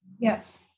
Yes